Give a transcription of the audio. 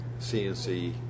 CNC